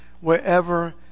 wherever